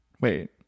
Wait